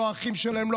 לא האחים שלהם,